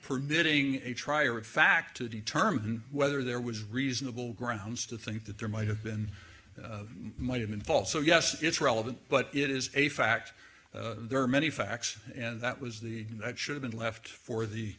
permitting a trier of fact to determine whether there was reasonable grounds to think that there might have been might have been false so yes it's relevant but it is a fact there are many facts and that was the that should've been left for the